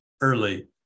early